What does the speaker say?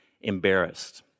embarrassed